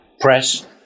press